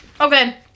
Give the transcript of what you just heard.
Okay